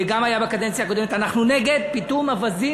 אנחנו נגד פיטום אווזים,